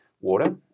water